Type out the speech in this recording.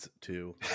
Two